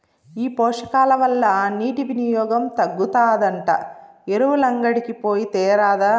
ఈ పోషకాల వల్ల నీటి వినియోగం తగ్గుతాదంట ఎరువులంగడికి పోయి తేరాదా